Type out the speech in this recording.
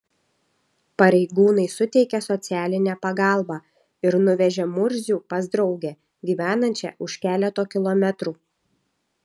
pareigūnai suteikė socialinę pagalbą ir nuvežė murzių pas draugę gyvenančią už keleto kilometrų